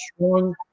strong